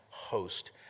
host